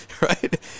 Right